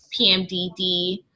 PMDD